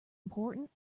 important